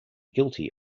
guilty